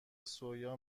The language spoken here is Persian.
سویا